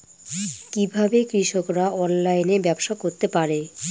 কিভাবে কৃষকরা অনলাইনে ব্যবসা করতে পারে?